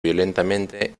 violentamente